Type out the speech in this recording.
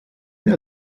der